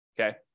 okay